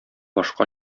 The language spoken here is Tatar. башка